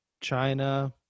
China